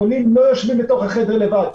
כי החולים לא יושבים בתוך החדר לבד,